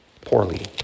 poorly